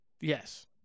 Yes